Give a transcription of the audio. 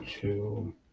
two